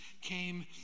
came